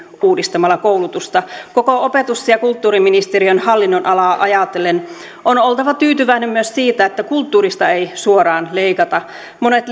uudistamalla koulutusta koko opetus ja kulttuuriministeriön hallinnonalaa ajatellen on oltava tyytyväinen myös siitä että kulttuurista ei suoraan leikata monet